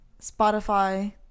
Spotify